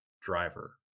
driver